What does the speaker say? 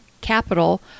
Capital